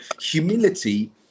humility